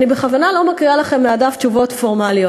אני בכוונה לא מקריאה לכם מהדף תשובות פורמליות.